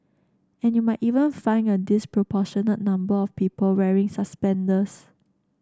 and you might even find a disproportionate number of people wearing suspenders